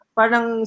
parang